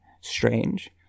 Strange